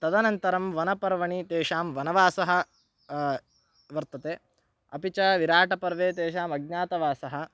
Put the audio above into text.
तदनन्तरं वनपर्वणि तेषां वनवासः वर्तते अपि च विराटपर्वे तेषाम् अज्ञातवासः